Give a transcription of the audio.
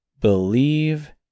believe